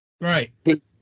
right